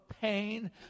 pain